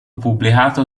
pubblicato